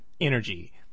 energy